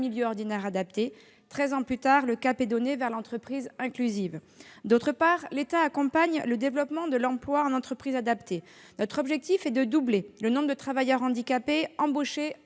ordinaire adapté. Treize ans plus tard, le cap est donné vers l'entreprise inclusive. D'autre part, l'État accompagne le développement de l'emploi en entreprise adaptée. Notre objectif est de doubler le nombre de travailleurs handicapés embauchés en